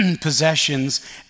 possessions